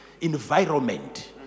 Environment